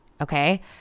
okay